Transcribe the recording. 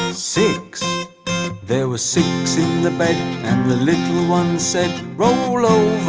and six there were six in the bed and the little one said roll over,